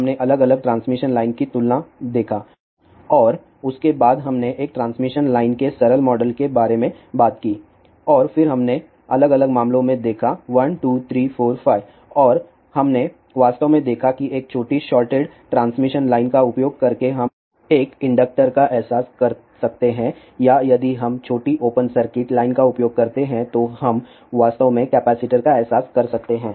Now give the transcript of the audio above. हमने अलग अलग ट्रांसमिशन लाइन की तुलना देखा और उसके बाद हमने एक ट्रांसमिशन लाइन के सरल मॉडल के बारे में बात की और फिर हमने अलग अलग मामलों में देखा 1 2 3 4 5 और हमने वास्तव में देखा कि एक छोटी शॉर्टेड ट्रांसमिशन लाइन का उपयोग करके हम एक इंडक्टर का एहसास कर सकते हैं या यदि हम छोटी ओपन सर्किट लाइन का उपयोग करते हैं तो हम वास्तव में कैपेसिटर का एहसास कर सकते हैं